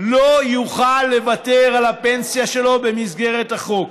לא יוכל לוותר על הפנסיה שלו במסגרת החוק,